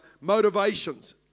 motivations